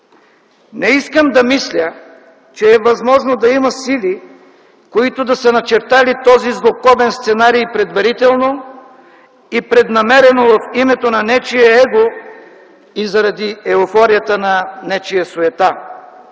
Не искам да мисля, че е възможно да има сили, които да са начертали този злокобен сценарий предварително и преднамерено в името на нечие его и заради еуфорията на нечия суета.